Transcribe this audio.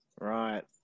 right